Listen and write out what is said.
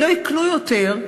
לא יקנו יותר,